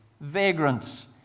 vagrants